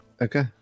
Okay